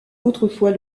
autrefois